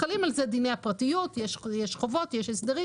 חלים על זה דיני הפרטיות, יש חובות ויש הסדרים